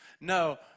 No